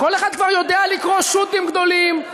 כל אחד כבר יודע לקרוא שו"תים גדולים.